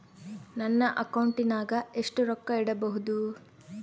ನನ್ನ ಅಕೌಂಟಿನಾಗ ಎಷ್ಟು ರೊಕ್ಕ ಇಡಬಹುದು?